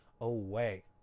away